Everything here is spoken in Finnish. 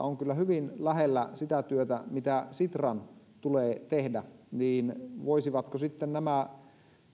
on kyllä hyvin lähellä sitä työtä mitä sitran tulee tehdä niin voisivatko sitten nämä